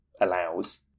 allows